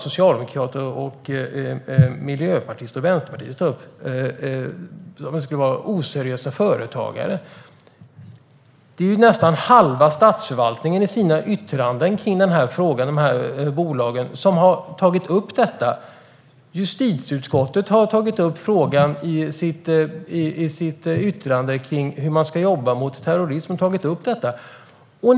Socialdemokrater, miljöpartister och vänsterpartister vill ju inte ha oseriösa företagare. Nästan halva statsförvaltningen har i sina yttranden om bolagen tagit upp detta. Justitieutskottet tog upp frågan i sitt yttrande över hur man ska jobba mot terrorism.